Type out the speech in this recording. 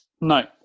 No